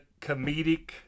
comedic